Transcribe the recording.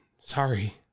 Sorry